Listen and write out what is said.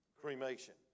cremation